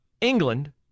England